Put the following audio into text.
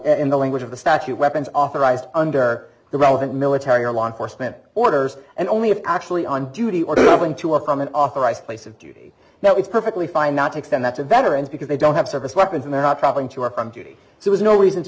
in the language of the statute weapons authorized under the relevant military or law enforcement orders and only if actually on duty or go into a from an authorized place of duty now it's perfectly fine not to extend that to veterans because they don't have service weapons and they're not traveling to or from duty there was no reason to